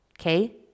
Okay